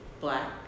Black